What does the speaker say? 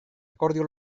akordio